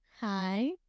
Hi